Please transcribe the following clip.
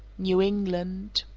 new england.